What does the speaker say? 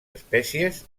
espècies